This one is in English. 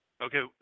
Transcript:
Okay